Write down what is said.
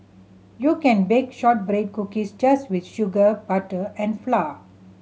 you can bake shortbread cookies just with sugar butter and flour